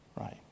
right